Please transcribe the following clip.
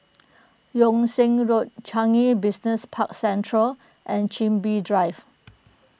Yung Sheng Road Changi Business Park Central and Chin Bee Drive